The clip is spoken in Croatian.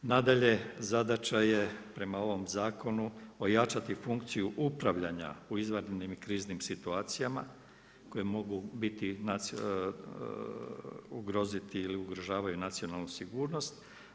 Nadalje, zadaća je prema ovom zakonu ojačati funkciju upravljanja u izvanrednim i kriznim situacijama koje mogu biti, ugroziti ili ugrožavaju nacionalnu sigurnost.